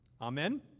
Amen